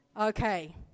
Okay